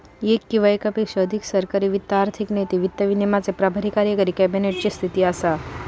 येक किंवा येकापेक्षा अधिक सरकारी वित्त आर्थिक नीती, वित्त विनियमाचे प्रभारी कार्यकारी कॅबिनेट ची स्थिती असा